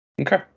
Okay